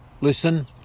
listen